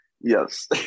yes